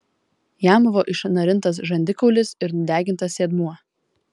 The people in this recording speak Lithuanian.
jam buvo išnarintas žandikaulis ir nudegintas sėdmuo